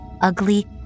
ugly